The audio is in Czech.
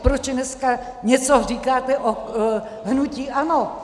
Proč dneska něco říkáte o hnutí ANO?